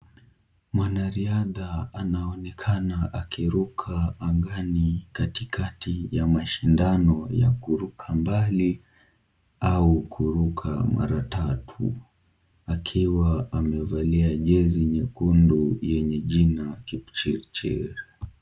Mwanariadha anaonekana akiruka angani katikati ya mashindano ya kuruka mbali au kuruka mara tatu akiwa amevalia jezi nyekundu yenye jina Kipchirchir.